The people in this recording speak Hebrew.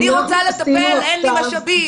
אני רוצה לטפל ואין לי משאבים,